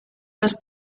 los